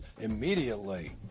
immediately